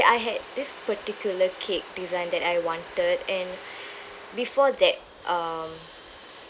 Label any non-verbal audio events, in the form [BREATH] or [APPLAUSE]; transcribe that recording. I had this particular cake design that I wanted and [BREATH] before that um